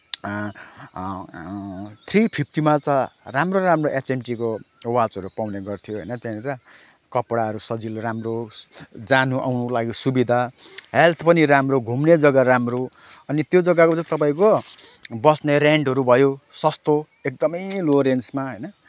three फिफ्टीमा त राम्रो राम्रो एचएमटीको वाचहरू पाउने गर्थ्यो होइन त्यहाँनिर कपडाहरू सजिलो राम्रो जान आउनको लागि सुविधा हेल्थ पनि राम्रो घुम्ने जग्गा राम्रो अनि त्यो जग्गाको चाहिँ तपाईँको बस्ने रेन्टहरू भयो सस्तो एकदमै लो रेन्जमा होइन